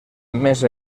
més